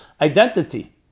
identity